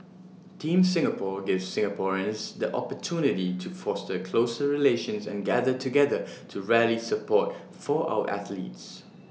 Team Singapore gives Singaporeans the opportunity to foster closer relations and gather together to rally support for our athletes